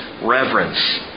reverence